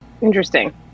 Interesting